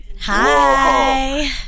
Hi